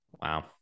Wow